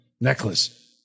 necklace